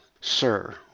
Sir